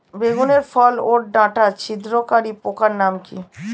বেগুনের ফল ওর ডাটা ছিদ্রকারী পোকার নাম কি?